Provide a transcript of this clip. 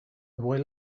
boy